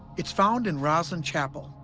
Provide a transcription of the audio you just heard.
it's found in rosslyn chapel,